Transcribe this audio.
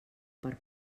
per